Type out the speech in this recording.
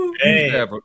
hey